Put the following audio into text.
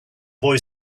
boy